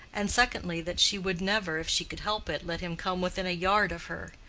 and, secondly, that she would never, if she could help it, let him come within a yard of her.